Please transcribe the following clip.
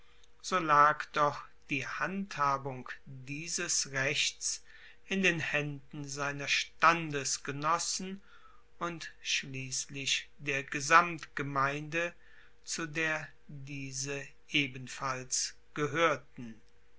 so lag doch die handhabung dieses rechts in den haenden seiner standesgenossen und schliesslich der gesamtgemeinde zu der diese ebenfalls gehoerten